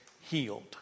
healed